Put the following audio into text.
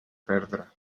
perdre